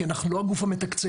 כי אנחנו לא הגוף המתקצב.